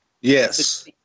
Yes